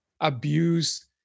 abuse